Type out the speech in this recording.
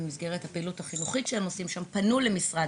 משרד